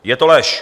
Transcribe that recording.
Je to lež.